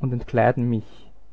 und entkleiden mich